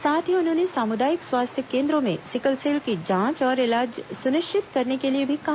साथ ही उन्होंने सामुदायिक स्वास्थ्य केन द्र ों में सिकलसेल की जांच और इलाज सुनिश्चित करने के लिए भी कहा